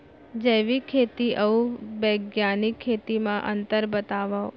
जैविक खेती अऊ बैग्यानिक खेती म अंतर बतावा?